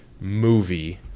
movie